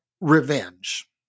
revenge